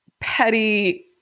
petty